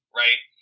right